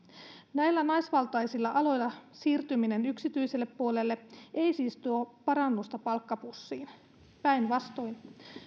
näillä naisvaltaisilla aloilla siirtyminen yksityiselle puolelle ei siis tuo parannusta palkkapussiin päinvastoin